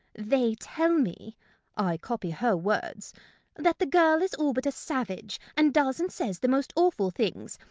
they tell me i copy her words that the girl is all but a savage, and does and says the most awful things.